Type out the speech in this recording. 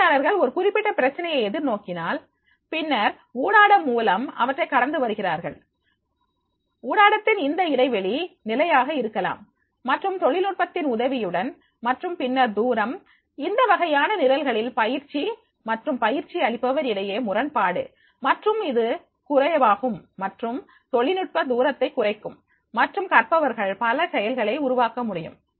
பயிற்சியாளர்கள் ஒரு குறிப்பிட்ட பிரச்சனையை எதிர் நோக்கினால் பின்னர் ஊடாடம் மூலம் அவற்றை கடந்து வருகிறார்கள் ஊடாடத்தின் இந்த இடைவெளி நிலையாக இருக்கலாம் மற்றும் தொழில்நுட்பத்தின் உதவியுடன் மற்றும் பின்னர் தூரம் மற்றும் இந்த வகையான நிரல்களில் பயிற்சி மற்றும் பயிற்சி அளிப்பவர் இடையே முரண்பாடு மற்றும் இது குறைவாகும் மற்றும் தொழில்நுட்பம் தூரத்தை குறைக்கும் மற்றும் கற்பவர்கள் பல செயல்களை உருவாக்க முடியும்